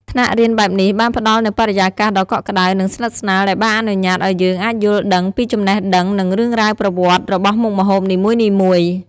ថ្នាក់រៀនបែបនេះបានផ្តល់នូវបរិយាកាសដ៏កក់ក្តៅ និងស្និទ្ធស្នាលដែលបានអនុញ្ញាតឱ្យយើងអាចយល់ដឹងពីចំណេះដឹងនិងរឿងរ៉ាវប្រវត្តិរបស់មុខម្ហូបនិមួយៗ។